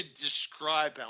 describe